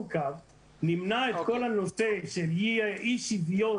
קו ונמנע את כל הנושא של אי השוויון